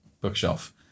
bookshelf